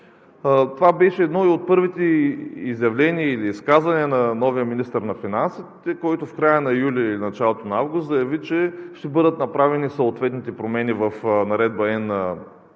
Това беше и едно от първите изявления или изказвания на новия министър на финансите, който в края на юли или началото на август заяви, че ще бъдат направени съответните промени в Наредба